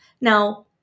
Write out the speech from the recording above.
Now